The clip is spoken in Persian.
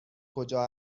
کجا